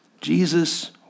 Jesus